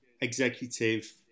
executive